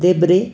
देब्रे